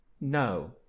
No